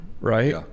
right